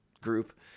group